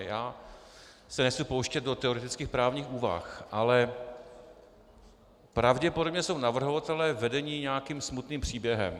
Já se nechci pouštět do teoretických právních úvah, ale pravděpodobně jsou navrhovatelé vedeni nějakým smutným příběhem.